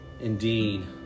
indeed